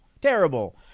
Terrible